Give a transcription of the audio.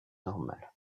normales